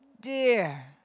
dear